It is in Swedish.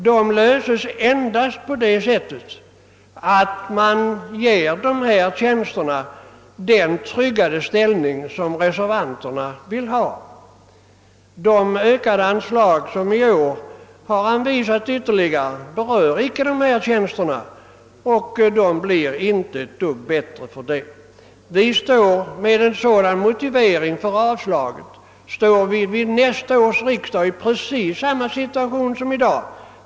De löses endast på det sättet att man ger dessa tjänster den tryggare ställning som reservanterna vill att de skall få. De ökade anslag som i år anvisats ytterligare berör inte dessa tjänster; de blir inte ett dugg bättre därför. Med en sådan motivering för avslaget står vi nästa år i precis samma situation som i dag.